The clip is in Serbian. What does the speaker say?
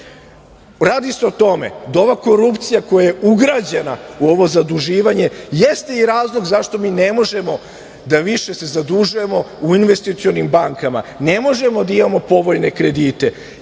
se o tome da ova korupcija koja je ugrađena u ovo zaduživanje jeste i razlog zašto mi ne možemo da se više zadužujemo u investicionim bankama. Ne možemo da imamo povoljne kredite,